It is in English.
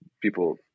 people